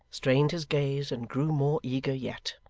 strained his gaze and grew more eager yet.